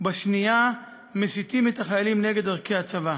ובשנייה מסיתים את החיילים נגד ערכי הצבא".